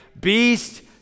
Beast